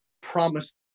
promise